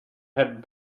had